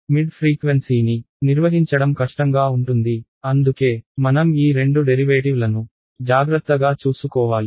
mid ఫ్రీక్వెన్సీని నిర్వహించడం కష్టంగా ఉంటుంది అందుకే మనం ఈ రెండు డెరివేటివ్లను జాగ్రత్తగా చూసుకోవాలి